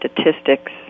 statistics